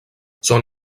són